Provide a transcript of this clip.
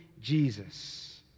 Jesus